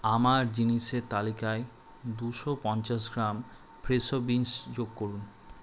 আমার জিনিসের তালিকায় দুশো পঞ্চাশ গ্রাম ফ্রেশো বিন্স যোগ করুন